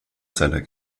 seiner